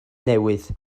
newydd